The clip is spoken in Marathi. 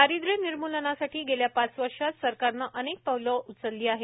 दारिद्रय निर्मुलनासाठी गेल्या पाच वर्षात सरकारनं अनेक पावलं उचलली आहेत